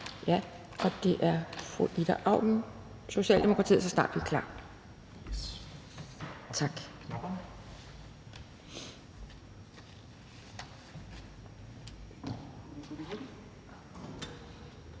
og det er fru Ida Auken, Socialdemokratiet, så snart vi er klar. Tak.